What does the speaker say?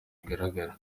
igaragara